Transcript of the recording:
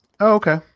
okay